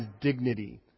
dignity